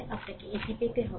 আপনি এটি পেতে হবে